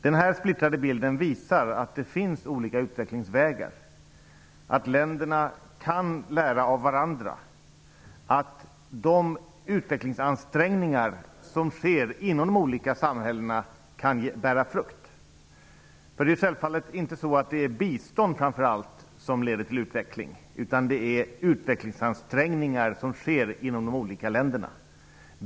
Den splittrade bilden visar att det finns olika utvecklingsvägar, att länderna kan lära av varandra, att de utvecklingsansträngningar som görs inom de olika samhällena kan bära frukt. Det är självfallet inte framför allt bistånd som leder till utveckling, utan det är de utvecklingsansträngningar som görs i de olika länderna.